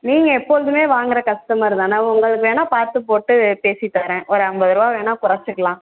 நீங்கள் எப்பொழுதுமே வாங்குகிற கஸ்டமர் தானே உங்களுக்கு வேணால் பார்த்து போட்டு பேசித் தரேன் ஒரு ஐம்பது ரூபா வேணால் குறைச்சிக்கலாம்